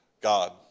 God